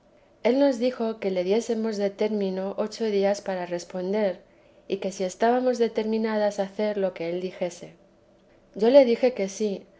el nos dijo que le diésemos de término ocho días para responder y que si estábamos determinadas a hacer lo que él dijese yo le dije que sí